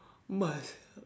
must